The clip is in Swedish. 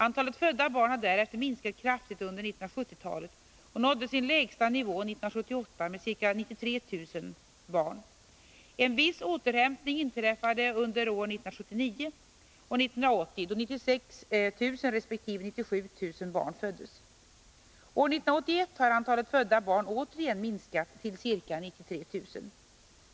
Antalet födda barn har därefter minskat kraftigt under 1970-talet och nådde sin lägsta nivå 1978 med ca 93 000 födda barn. En viss återhämtning inträffade under år 1979 och 1980, då 96 000 resp. 97 000 barn föddes. År 1981 har antalet födda barn återigen minskat till ca 93 000.